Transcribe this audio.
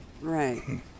Right